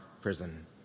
prison